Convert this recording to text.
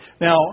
Now